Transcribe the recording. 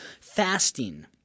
Fasting